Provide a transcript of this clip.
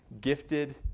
gifted